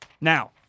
Now